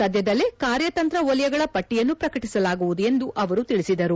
ಸದ್ಯದಲ್ಲೇ ಕಾರ್ಯತಂತ್ರ ವಲಯಗಳ ಪಟ್ಟಿಯನ್ನು ಪ್ರಕಟಿಸಲಾಗುವುದು ಎಂದು ಅವರು ತಿಳಿಸಿದರು